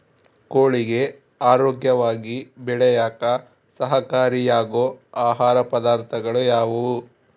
ಕೋಳಿಗೆ ಆರೋಗ್ಯವಾಗಿ ಬೆಳೆಯಾಕ ಸಹಕಾರಿಯಾಗೋ ಆಹಾರ ಪದಾರ್ಥಗಳು ಯಾವುವು?